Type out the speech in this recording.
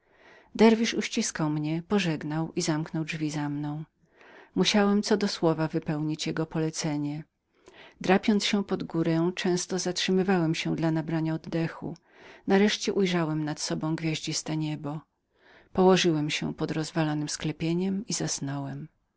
derwisz uściskał mnie pożegnał i zamknął drzwi za mną musiałem co do słowa wypełnić jego polecenia drapiąc się pod górę często zatrzymywałem się dla nabrania oddechu nareszcie ujrzałem nad sobą gwiazdziste niebo położyłem się pod rozwalonem sklepieniem i zasnąłem